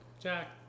Jack